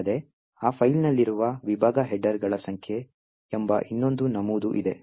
ಅಲ್ಲದೆ ಆ ಫೈಲ್ನಲ್ಲಿರುವ ವಿಭಾಗ ಹೆಡರ್ಗಳ ಸಂಖ್ಯೆ ಎಂಬ ಇನ್ನೊಂದು ನಮೂದು ಇದೆ